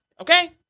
Okay